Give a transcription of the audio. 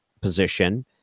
position